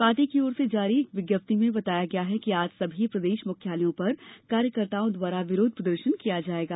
party की ओर से जारी एक विज्ञप्ति में बताया गया है कि आज सभी प्रदेश मुख्यालयों पर कार्यकर्ताओं द्वारा विरोध प्रदर्शन किया जायेगा